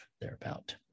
thereabout